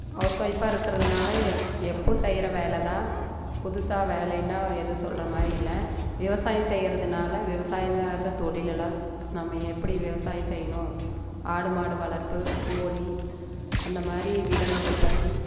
house ஒய்ப்பாக இருக்கிறதுனால எல் எப்போது செய்கிற வேலை தான் புதுசாக வேலைன்னால் எதுவும் சொல்கிற மாதிரி இல்லை விவசாயம் செய்கிறதுனால விவசாயம் சார்ந்த தொழில் எல்லாம் நம்ம எப்படி விவசாயம் செய்யணும் ஆடு மாடு வளர்ப்பு கோழி அந்த மாதிரி விலங்குகள் பற்றி